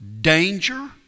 danger